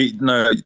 no